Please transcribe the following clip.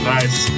Nice